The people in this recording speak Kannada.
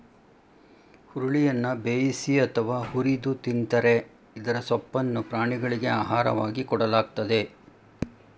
ಹುರುಳಿಯನ್ನ ಬೇಯಿಸಿ ಅಥವಾ ಹುರಿದು ತಿಂತರೆ ಇದರ ಸೊಪ್ಪನ್ನು ಪ್ರಾಣಿಗಳಿಗೆ ಆಹಾರವಾಗಿ ಕೊಡಲಾಗ್ತದೆ